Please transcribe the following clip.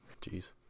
Jeez